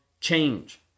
change